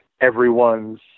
everyone's